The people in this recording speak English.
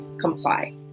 comply